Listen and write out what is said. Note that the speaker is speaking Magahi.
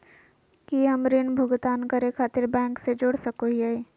की हम ऋण भुगतान करे खातिर बैंक से जोड़ सको हियै?